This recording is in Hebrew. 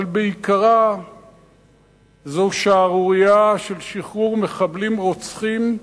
אבל בעיקרה זו שערורייה של שחרור מחבלים רוצחים במאות,